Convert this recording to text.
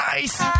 nice